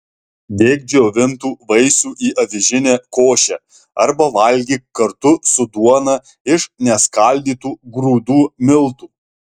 dėk džiovintų vaisių į avižinę košę arba valgyk kartu su duona iš neskaldytų grūdų miltų